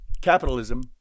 Capitalism